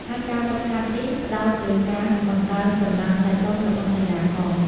ហើយការហ្វឹកហាត់នេះផ្តោតលើការបង្កើនកម្លាំងសាច់ដុំរបស់កីឡាករ។